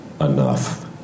Enough